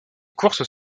courses